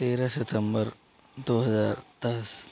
तेरह सितम्बर दो हज़ार दस